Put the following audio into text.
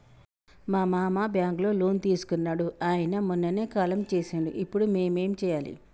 మా మామ బ్యాంక్ లో లోన్ తీసుకున్నడు అయిన మొన్ననే కాలం చేసిండు ఇప్పుడు మేం ఏం చేయాలి?